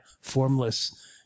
formless